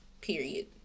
Period